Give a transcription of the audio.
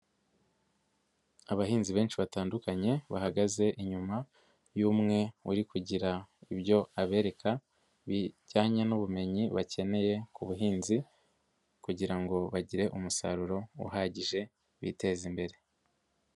Abahinzi benshi batandukanye bahagaze inyuma y'umwe uri kugira ibyo abereka bijyanye n'ubumenyi bakeneye ku buhinzi kugira ngo bagire umusaruro uhagije biteze imbere.